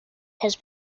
has